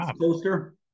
poster